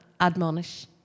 admonish